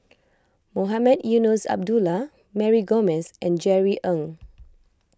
Mohamed Eunos Abdullah Mary Gomes and Jerry Ng